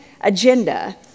agenda